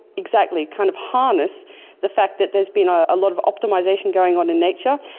exactly, kind of harness the fact that there has been a ah lot of optimisation going on in nature,